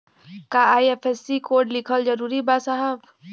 का IFSC code लिखल जरूरी बा साहब?